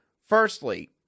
Firstly